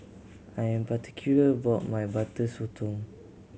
I am particular about my Butter Sotong